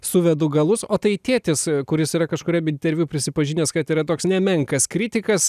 suvedu galus o tai tėtis kuris yra kažkuriam interviu prisipažinęs kad yra toks nemenkas kritikas